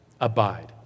Abide